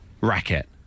Racket